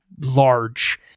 large